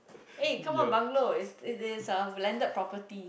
eh come on bungalow it it is a landed property